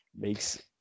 makes